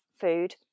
food